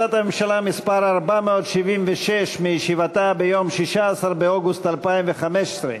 החלטת הממשלה מס' 476 מישיבתה ביום 16 באוגוסט 2015,